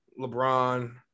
LeBron –